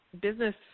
business